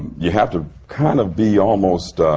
you have to kind of be almost